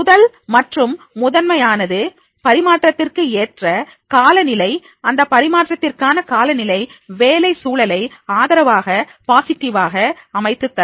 முதல் மற்றும் முதன்மையானது பரிமாற்றத்திற்கு ஏற்ற காலநிலை இந்த பரிமாற்றத்திற்கான காலநிலை வேலை சூழலை ஆதரவாக பாசிட்டிவாக அமைத்துத் தரும்